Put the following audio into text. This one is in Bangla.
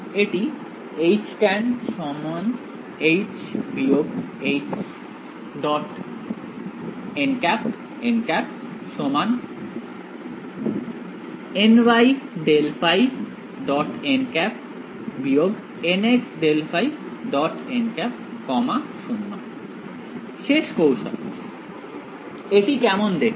এটি tan · ny∇ϕ · nx∇ϕ · 0 শেষ কৌশল এটি কেমন দেখতে